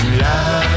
love